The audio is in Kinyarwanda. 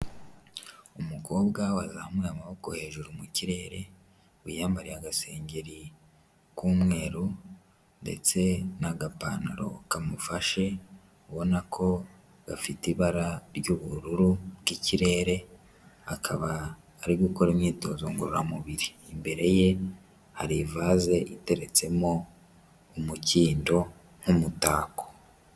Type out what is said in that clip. Umukobwa wazamuye amaboko hejuru mu kirere wiyambare agasengeri k'umweru ndetse n'agapantaro kamufashe ubona ko gafite ibara ry'ubururu bw'ikirere akaba ari gukora imyitozo ngororamubiri imbere ye hari vase iteretsemo umukindo nk'umutako.